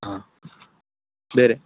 ಹಾಂ ಬೇರೆ